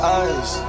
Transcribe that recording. eyes